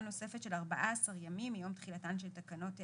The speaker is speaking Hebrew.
נוספת של 14 ימים מיום תחילתן של תקנות אלה,